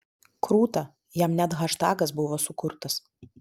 krūta jam net haštagas buvo sukurtas